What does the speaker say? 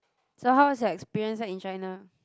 so how's your experience like in China